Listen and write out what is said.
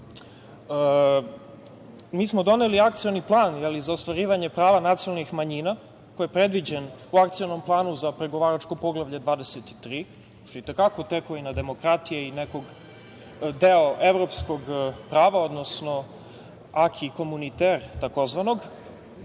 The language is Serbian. Mi smo doneli Akcioni plan za ostvarivanje prava nacionalnih manjina koji je predviđen po Akcionom planu za pregovaračko poglavlje 23, što je i te kako tekovina demokratije i deo evropskog prava, odnosno „aki komuniter“, takozvanog.